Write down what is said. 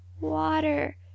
water